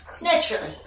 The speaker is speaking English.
Naturally